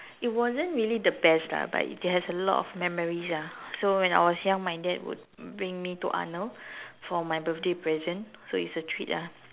it wasn't really the best lah but it has a lot of memories ah so when I was young my dad would bring me to Arnold for my birthday present so it's a treat ah